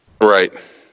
Right